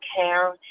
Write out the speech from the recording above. care